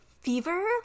fever